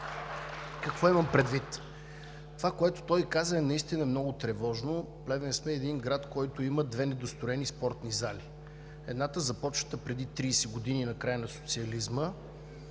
Какво имам предвид? Това, което той каза, е наистина много тревожно. Плевен сме един град, който има две недостроени спортни зали. Едната – започната преди 30 години на края на социализма,